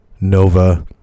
nova